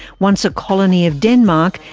once a colony of denmark,